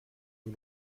nur